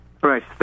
Right